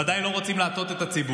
הם ודאי לא רוצים להטעות את הציבור,